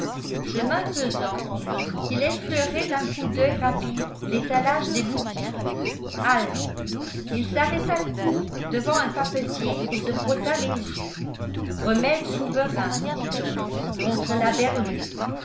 chemin faisant il effleurait d'un coup d'oeil rapide l'étalage des boutiques halte il s'arrêta court devant un papetier et se frotta les yeux remède souverain diton contre la berlue